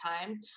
time